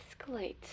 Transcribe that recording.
escalate